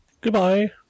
Goodbye